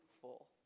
full